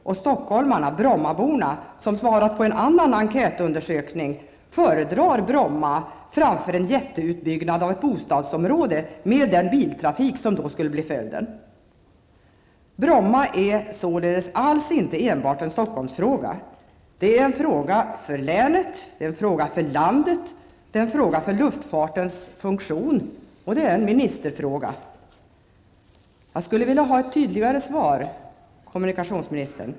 Och stockholmarna, brommaborna, som har svarat på en annan enkätundersökning, föredrar en flygplats på Bromma framför en jätteutbyggnad av ett bostadsområde med den biltrafik som då skulle bli följden. Bromma är således inte enbart en Stockholmsfråga, det är en fråga för länet, för landet och för luftfartens funktion, och det är en ministerfråga. Jag skulle vilja ha ett tydligare svar, kommunikationsministern.